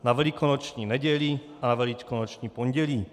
Na Velikonoční neděli a na Velikonoční pondělí.